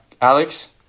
Alex